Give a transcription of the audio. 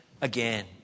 again